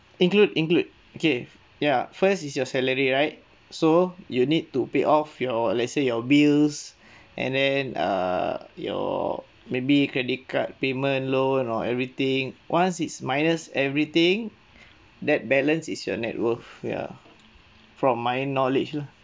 include include okay ya first is your salary right so you need to pay off your let's say your bills and then err your maybe credit card payment loan or everything once it's minus everything that balance is your net worth ya from my knowledge lah